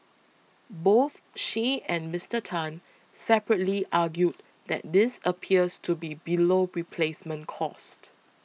both she and Mister Tan separately argued that this appears to be below replacement cost